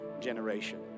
generation